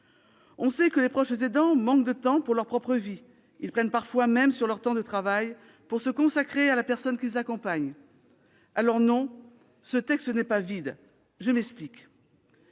On sait que les proches aidants manquent de temps pour leur propre vie. Ils prennent parfois même sur leur temps de travail pour se consacrer à la personne qu'ils accompagnent. Non, ce texte n'est pas vide ! Je m'en explique.